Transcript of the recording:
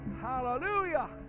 Hallelujah